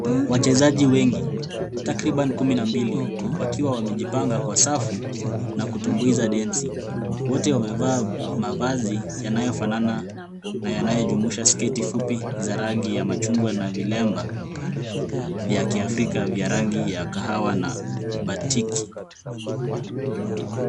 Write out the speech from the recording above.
Wachezaji wengi takriban kumi na mbili wakiwa wamejipanga kwa safu na kutumbuiza densi. Wote wamevaa mavazi yanayofanana na yanayojumuisha sketi fupi za rangi ya machungwa na vilemba vya kiafrika vya kahawa na batiki.